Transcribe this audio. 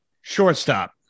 Shortstop